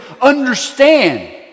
understand